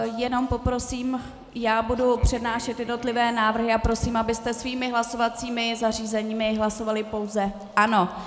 Jenom poprosím, já budu přednášet jednotlivé návrhy a prosím, abyste svými hlasovacími zařízeními hlasovali pouze ano.